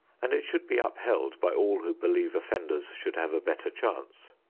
and it should be upheld by all who believe offenders should have a better chance.